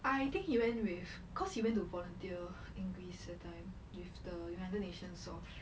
I think he went with cause he went to volunteer in greece that time with the united nations of